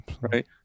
right